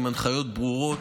עם הנחיות ברורות,